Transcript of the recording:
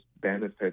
benefits